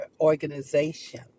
organization